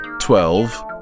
twelve